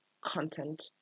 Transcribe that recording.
content